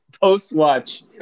post-watch